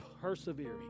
persevering